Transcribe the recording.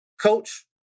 Coach